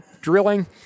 drilling